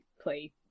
play